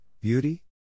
Beauty